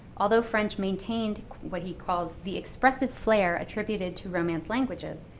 although french maintained what he calls the expressive flair attributed to romance languages,